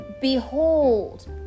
behold